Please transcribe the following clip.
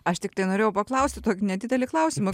aš tiktai norėjau paklausti tokį nedidelį klausimą